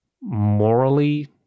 morally